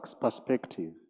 perspective